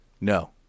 No